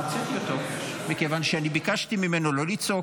הוצאתי אותו מכיוון שאני ביקשתי ממנו לא לצעוק,